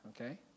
Okay